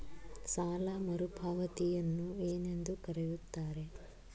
ಸಾಲ ಮರುಪಾವತಿಯನ್ನು ಏನೆಂದು ಕರೆಯುತ್ತಾರೆ?